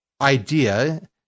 idea